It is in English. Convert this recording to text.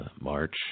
March